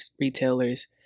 retailers